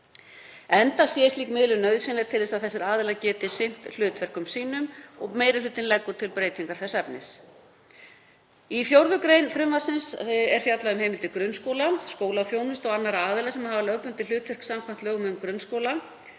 enda sé slík miðlun nauðsynleg til þess að þessir aðilar geti gegnt hlutverkum sínum. Meiri hlutinn leggur til breytingar þess efnis. Í 4. gr. frumvarpsins er fjallað um heimildir grunnskóla, skólaþjónustu og annarra aðila sem hafa lögbundið hlutverk samkvæmt lögum um grunnskóla,